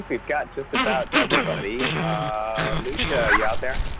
we've got just about everybody. a lucia you out there.